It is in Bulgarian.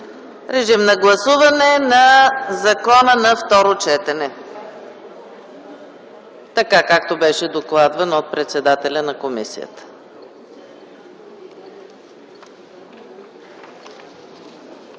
на гласуване законопроекта на второ четене, така както беше докладван от председателя на комисията.